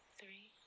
three